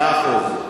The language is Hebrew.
העבירו את זה לשר,